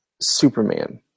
Superman